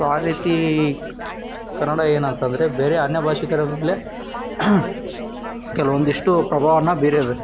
so ಆ ರೀತಿ ಕನ್ನಡ ಏನಂತಂದರೆ ಬೇರೆ ಅನ್ಯ ಭಾಷಿಗರ ಮೇಲೆ ಕೆಲವೊಂದಿಷ್ಟು ಪ್ರಭಾವವನ್ನು ಬೀರಿದೆ